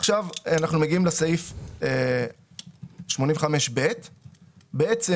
עכשיו אנחנו מגיעים לסעיף 85ב. בעצם